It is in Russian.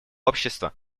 общества